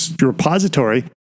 repository